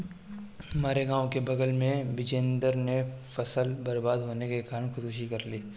हमारे गांव के बगल में बिजेंदर ने फसल बर्बाद होने के कारण खुदकुशी कर ली